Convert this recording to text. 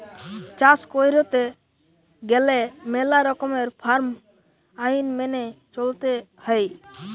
চাষ কইরতে গেলে মেলা রকমের ফার্ম আইন মেনে চলতে হৈ